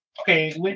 Okay